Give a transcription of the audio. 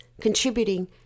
contributing